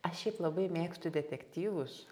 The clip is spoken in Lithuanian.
aš šiaip labai mėgstu detektyvus